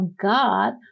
God